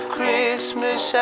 Christmas